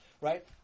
right